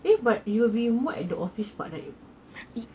eh but you will be more at the office part right